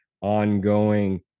ongoing